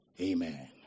Amen